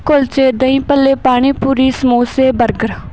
ਕੁਲਚੇ ਦਹੀਂ ਭੱਲੇ ਪਾਣੀ ਪੂਰੀ ਸਮੋਸੇ ਬਰਗਰ